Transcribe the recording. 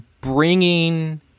bringing